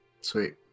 Sweet